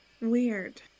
weird